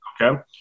Okay